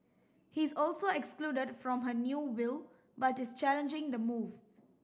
he's also excluded from her new will but is challenging the move